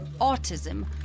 autism